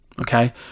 Okay